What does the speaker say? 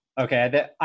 Okay